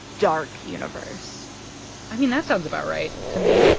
dark universe i mean, that sounds about right to me,